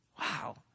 Wow